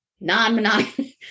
Non-monogamous